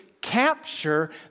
capture